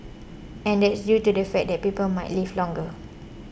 and that's due to the fact that people might live longer